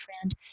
friend